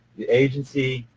the agency,